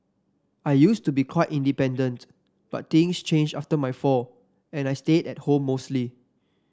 I used to be quite independent but things changed after my fall and I stayed at home mostly